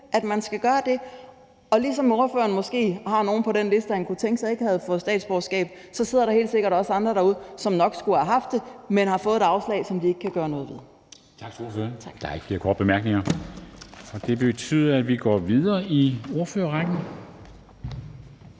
at man skal gøre. Ligesom ordføreren måske har nogen på den liste, han kunne tænke sig ikke havde fået statsborgerskab, så sidder der helt sikkert også andre derude, som nok skulle have haft det, men har fået et afslag, som de ikke kan gøre noget ved. Kl. 18:01 Formanden (Henrik Dam Kristensen): Tak til ordføreren. Der er ikke flere korte bemærkninger. Det betyder, at vi går videre i ordførerrækken.